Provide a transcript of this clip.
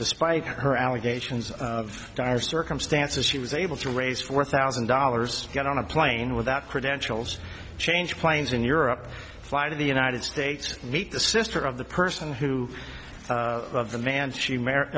despite her allegations of dire circumstances she was able to raise four thousand dollars get on a plane without credentials change planes in europe fly to the united states meet the sister of the person who love the dance you marr